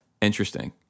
Interesting